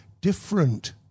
different